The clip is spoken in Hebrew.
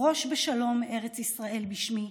"דרוש בשלום ארץ ישראל בשמי.